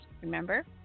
Remember